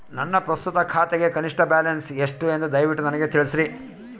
ನನ್ನ ಪ್ರಸ್ತುತ ಖಾತೆಗೆ ಕನಿಷ್ಠ ಬ್ಯಾಲೆನ್ಸ್ ಎಷ್ಟು ಎಂದು ದಯವಿಟ್ಟು ನನಗೆ ತಿಳಿಸ್ರಿ